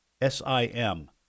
S-I-M